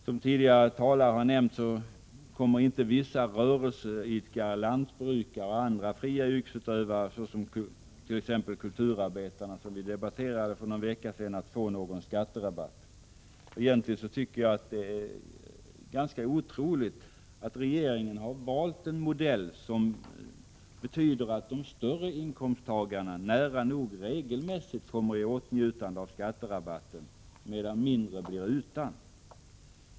Som tidigare talare nämnt kommer vissa rörelseidkare, lantbrukare och andra fria yrkesutövare som t.ex. kulturarbetare, som vi debatterade för någon vecka sedan, inte att få någon skatterabatt. Det är egentligen otroligt att regeringen valt en modell som betyder att de större inkomsttagarna nära nog regelmässigt kommer i åtnjutande av skatterabatten, medan mindre inkomsttagare blir utan.